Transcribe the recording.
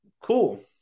Cool